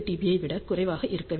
பியை விட குறைவாக இருக்க வேண்டும்